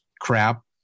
crap